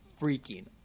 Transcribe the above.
freaking